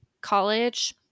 college